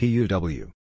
Puw